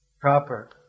proper